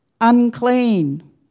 Unclean